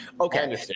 Okay